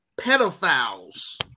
pedophiles